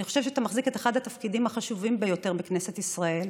אני חושבת שאתה מחזיק את אחד התפקידים החשובים ביותר בכנסת ישראל,